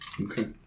Okay